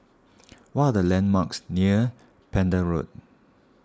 what are the landmarks near Pender Road